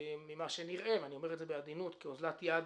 ממה שנראה ואני אומר את זה בעדינות כאוזלת יד